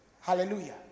Hallelujah